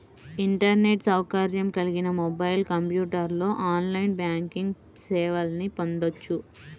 internet సౌకర్యం కలిగిన mobile, కంప్యూటర్లో ఆన్లైన్ బ్యాంకింగ్ సేవల్ని పొందొచ్చు